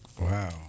Wow